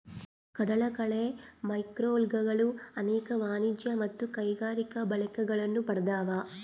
ಕಡಲಕಳೆ ಮ್ಯಾಕ್ರೋಲ್ಗೆಗಳು ಅನೇಕ ವಾಣಿಜ್ಯ ಮತ್ತು ಕೈಗಾರಿಕಾ ಬಳಕೆಗಳನ್ನು ಪಡ್ದವ